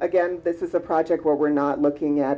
again this is a project where we're not looking at